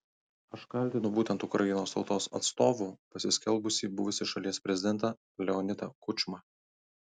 aš kaltinu būtent ukrainos tautos atstovu pasiskelbusį buvusį šalies prezidentą leonidą kučmą